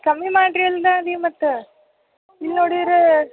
ಕಮ್ಮಿ ಮಾಡ್ರಿ ಅಲ್ದಾ ನೀವು ಮತ್ತೆ ಇಲ್ನೋಡಿದ್ರೆ